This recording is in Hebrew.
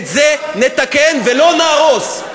את זה נתקן ולא נהרוס.